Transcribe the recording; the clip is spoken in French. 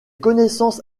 connaissances